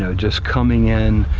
so just coming in,